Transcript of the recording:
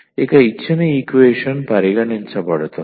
ఇక ఇచ్చిన ఈక్వేషన్ పరిగణించబడుతుంది